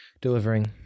delivering